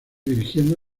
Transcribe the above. dirigiendo